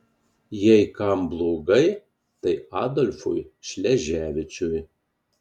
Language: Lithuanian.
jei kam blogai tai adolfui šleževičiui